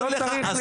לא צריך למחוק.